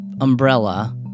umbrella